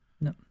No